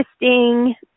interesting